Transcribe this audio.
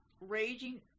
Raging